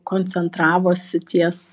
koncentravosi ties